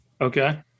Okay